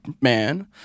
man